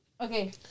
Okay